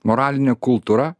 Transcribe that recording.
moralinė kultūra